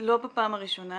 לא בפעם הראשונה